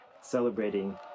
celebrating